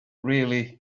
really